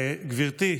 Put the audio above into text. גברתי,